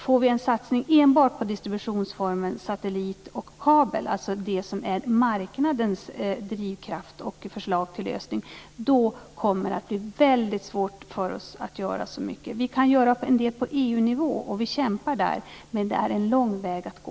Får vi en satsning enbart på distributionsformen satellit och kabel, det som är marknadens drivkraft och förslag till lösning, då kommer det att bli väldigt svårt för oss att göra så mycket. Vi kan göra en del på EU-nivå, och vi kämpar där. Men det är en lång väg att gå.